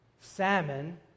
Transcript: Salmon